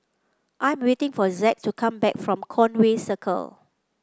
I am waiting for Zack to come back from Conway Circle